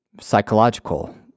psychological